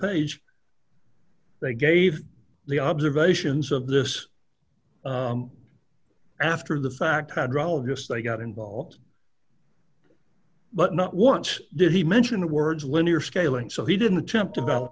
page they gave the observations of this after the fact had relatives they got involved but not want did he mention the words linear scaling so he didn't attempt about